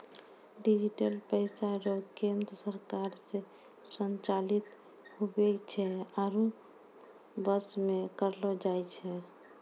digital पैसा रो केन्द्र सरकार से संचालित हुवै छै आरु वश मे रखलो जाय छै